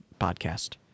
podcast